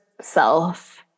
self